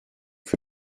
für